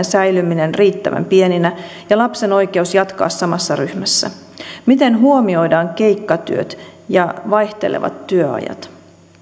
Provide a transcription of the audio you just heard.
säilyminen riittävän pieninä ja lapsen oikeus jatkaa samassa ryhmässä miten huomioidaan keikkatyöt ja vaihtelevat työajat